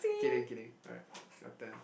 kidding kidding alright your turn